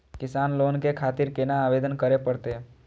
किसान लोन के खातिर केना आवेदन करें परतें?